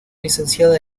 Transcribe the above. licenciada